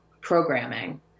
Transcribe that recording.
programming